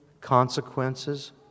consequences